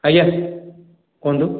ଆଜ୍ଞା କୁହନ୍ତୁ